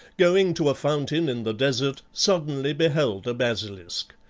going to a fountain in the desert, suddenly beheld a basilisk.